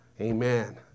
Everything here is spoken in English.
Amen